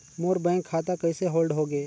मोर bank खाता कइसे hold होगे?